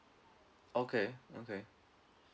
okay okay